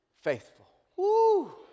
faithful